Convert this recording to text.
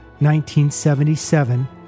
1977